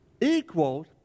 equals